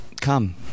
Come